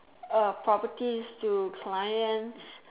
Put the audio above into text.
a properties to clients